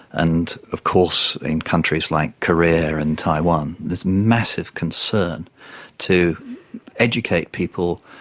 and of course in countries like korea and taiwan, there's massive concern to educate people,